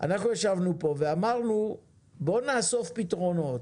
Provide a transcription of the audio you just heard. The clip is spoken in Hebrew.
ישבנו פה ואמרנו: בואו נאסוף פתרונות.